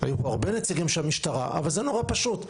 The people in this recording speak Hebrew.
היו פה הרבה נציגים של המשטרה, אבל זה נורא פשוט.